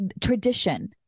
tradition